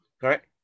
correct